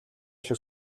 шиг